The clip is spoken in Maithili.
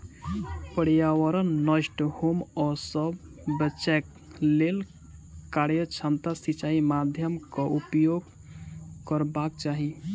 पर्यावरण नष्ट होमअ सॅ बचैक लेल कार्यक्षमता सिचाई माध्यमक उपयोग करबाक चाही